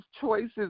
choices